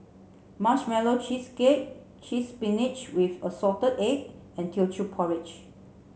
marshmallow cheesecake cheese spinach with assorted egg and Teochew Porridge